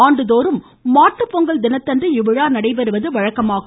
ஆண்டுதோறும் மாட்டுப்பொங்கல் தினத்தன்று இவ்விழா நடைபெறுவது வழக்கமாகும்